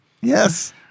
Yes